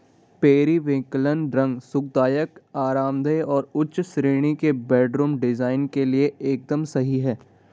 periwinkle रंग सुखदायक, आरामदेह और उच्च श्रेणी के बेडरूम डिजाइन के लिए एकदम सही है